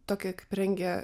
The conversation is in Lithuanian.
tokią kaip rengė